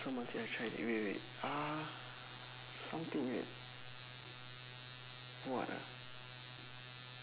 ~some until I tried it wait wait ah something wait what ah